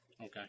Okay